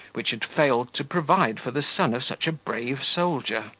which had failed to provide for the son of such a brave soldier.